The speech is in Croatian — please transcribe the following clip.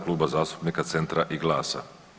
Kluba zastupnika Centra i GLAS-a.